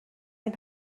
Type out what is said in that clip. این